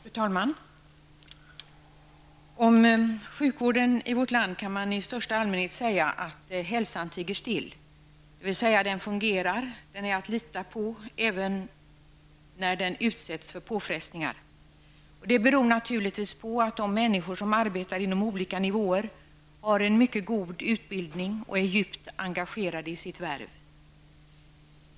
Fru talman! Om sjukvården i vårt land kan man i största allmänhet säga att hälsan tiger still, dvs. den fungerar och den är att lita på även när den utsätts för påfrestningar. Det beror naturligtvis på att de människor som arbetar inom olika nivåer har en mycket god utbildning och är djupt engagerade i sitt värv.